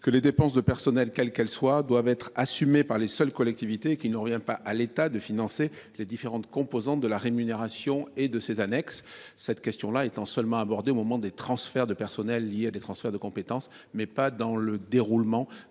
que les dépenses de personnel, quelles qu’elles soient, doivent être assumées par les seules collectivités ; il ne revient pas à l’État de financer les différentes composantes de la rémunération et de ses annexes, cette question étant seulement abordée au moment des transferts de personnels liés à des transferts de compétences, mais pas dans le cadre